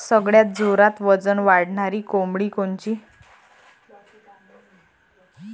सगळ्यात जोरात वजन वाढणारी कोंबडी कोनची?